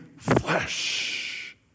Flesh